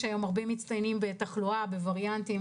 יש היום הרבה מצטיינים בתחלואה ובווריאנטים.